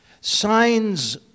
Signs